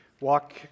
walk